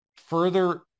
further